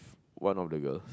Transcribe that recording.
one of the girls